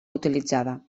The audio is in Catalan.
utilitzada